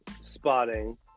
spotting